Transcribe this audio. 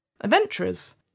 adventurers